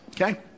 okay